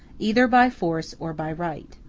either by force or by right.